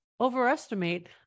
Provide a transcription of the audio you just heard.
overestimate